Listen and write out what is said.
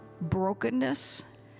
brokenness